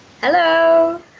Hello